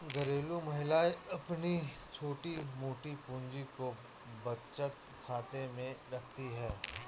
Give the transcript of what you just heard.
घरेलू महिलाएं अपनी छोटी मोटी पूंजी को बचत खाते में रखती है